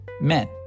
Men